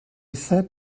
sat